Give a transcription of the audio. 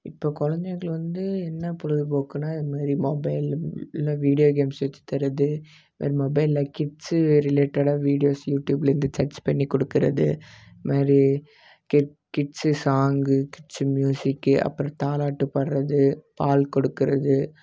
இப்போ குழந்தைகள் வந்து என்ன பொழுதுபோக்கு இது மாதிரி மொபைலில் வீடியோ கேம்ஸ் வச்சு தர்றது மொபைலில் கிட்ஸ் ரிலேட்டடாக வீடியோஸ் யூடியூப்லேருந்து சர்ச் பண்ணி கொடுக்கறது இந்த மாதிரி kid kids song kids music அப்புறம் தாலாட்டு பாடுறது பால் கொடுக்கிறது